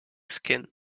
skin